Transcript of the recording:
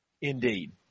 indeed